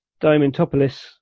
Diamantopoulos